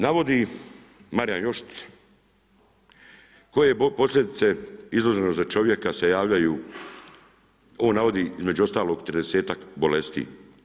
Navodi Marijan Jošt koje posljedice izuzetno za čovjek se javljaju, on navodi između ostalog 30-ak bolesti.